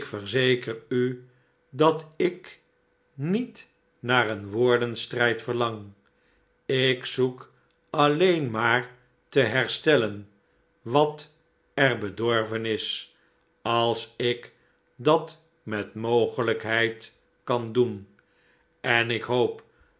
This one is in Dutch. ik verzeker u dat ik niet naar een woordenstrijd verlang ik zoek alleen maar te herstellen wat er bedorven is als ik dat met mogelijkheid kan doen en ik hoop